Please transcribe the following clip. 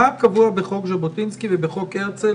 מה קבוע בחוק ז'בוטינסקי ובחוק הרצל,